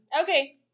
okay